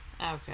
Okay